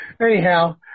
Anyhow